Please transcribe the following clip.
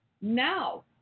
now